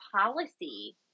policy